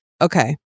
Okay